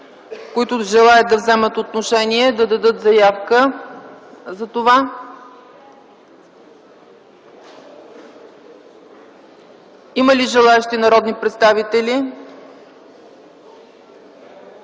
които желаят да вземат отношение, да дадат заявка. Има ли желаещи народни представители?